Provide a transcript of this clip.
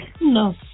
No